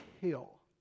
Hill